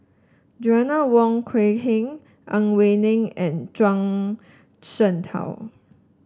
Joanna Wong Quee Heng Ang Wei Neng and Zhuang Shengtao